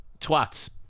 twats